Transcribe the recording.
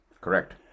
Correct